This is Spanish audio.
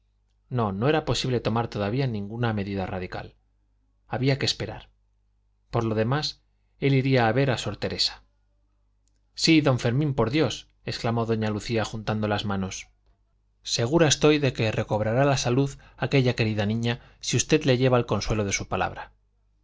no no era posible tomar todavía ninguna medida radical había que esperar por lo demás él iría a ver a sor teresa sí don fermín por dios exclamó doña lucía juntando las manos segura estoy de que recobrará la salud aquella querida niña si usted le lleva el consuelo de su palabra